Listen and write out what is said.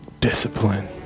discipline